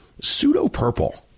Pseudo-purple